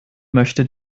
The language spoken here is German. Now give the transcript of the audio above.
möchte